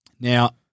Now